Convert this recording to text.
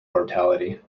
mortality